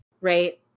Right